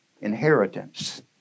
inheritance